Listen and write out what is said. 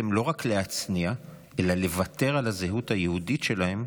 לא רק להצניע אלא לוותר על הזהות היהודית שלהם,